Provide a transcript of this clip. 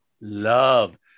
love